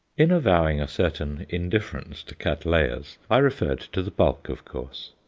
in avowing a certain indifference to cattleyas, i referred to the bulk, of course.